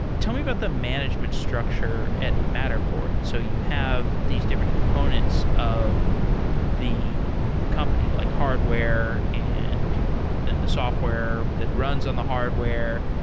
tell me about the management structure at matterport. so you have these different components of the company, like hardware and the software that runs on the hardware.